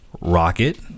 Rocket